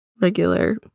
regular